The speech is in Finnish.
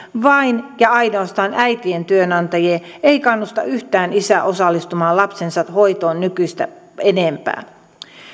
vain ja ainoastaan äitien työnantajia ei kannusta yhtään isää osallistumaan lapsensa hoitoon nykyistä enempää